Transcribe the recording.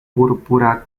púrpura